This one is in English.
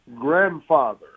grandfather